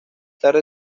tarde